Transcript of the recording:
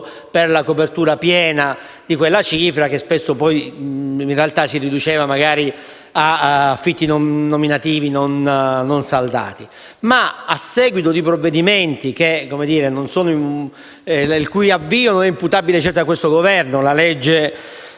per la copertura piena di quella cifra, che spesso poi in realtà si riduceva magari ad affitti nominativi non saldati. Ma, a seguito di provvedimenti il cui avvio non è imputabile certo a questo Governo (la legge